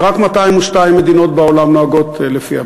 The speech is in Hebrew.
שרק 202 מדינות בעולם נוהגות לפיה.